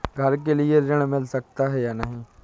घर के लिए ऋण मिल सकता है या नहीं?